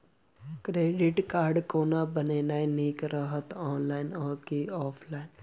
Credit card कोना बनेनाय नीक रहत? ऑनलाइन आ की ऑफलाइन?